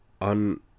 on